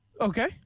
Okay